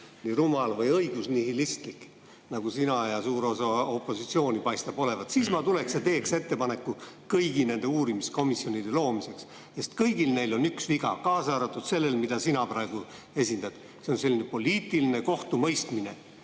nii rumal või õigusnihilistlik, nagu paistad sina ja suur osa opositsiooni paistab olevat, siis ma tuleks ja teeks ettepaneku kõigi nende uurimiskomisjonide loomiseks. Neil kõigil on üks viga, kaasa arvatud sellel, mida sina praegu esindad: see on poliitiline kohtumõistmine,